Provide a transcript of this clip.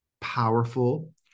powerful